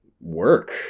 work